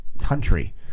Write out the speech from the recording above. country